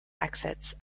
exits